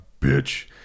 bitch